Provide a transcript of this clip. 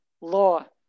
law